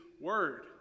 Word